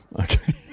okay